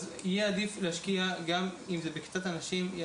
אז גם אם מדובר במעט אנשים - יהיה